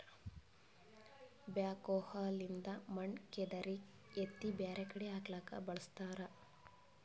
backhoe ಲಿಂದ್ ಮಣ್ಣ್ ಕೆದರಿ ಎತ್ತಿ ಬ್ಯಾರೆ ಕಡಿ ಹಾಕ್ಲಕ್ಕ್ ಬಳಸ್ತಾರ